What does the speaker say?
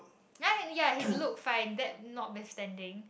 ya his look fine that not withstanding